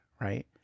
right